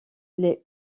les